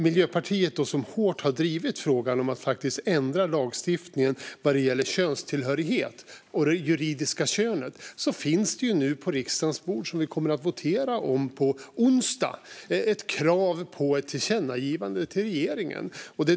Miljöpartiet har drivit frågan hårt om att ändra lagstiftningen vad gäller könstillhörighet och juridiskt kön, och nu finns det på riksdagens bord ett förslag, som vi kommer att votera om på onsdag, på ett tillkännagivande till regeringen.